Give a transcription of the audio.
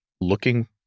looking